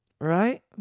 Right